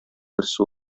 берсе